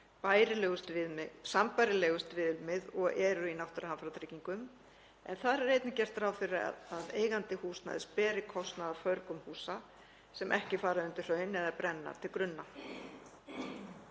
að hafa sem sambærilegust viðmið og eru í náttúruhamfaratryggingum, en þar er einnig gert ráð fyrir að eigandi húsnæðis beri kostnað af förgun húsa sem ekki fara undir hraun eða brenna til grunna.